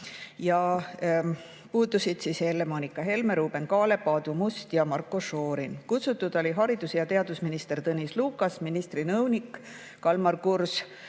Puudusid Helle-Moonika Helme, Ruuben Kaalep, Aadu Must ja Marko Šorin. Kutsutud oli haridus‑ ja teadusminister Tõnis Lukas, ministri nõunik Kalmar Kurs,